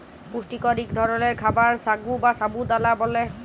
পুষ্টিকর ইক ধরলের খাবার সাগু বা সাবু দালা ব্যালে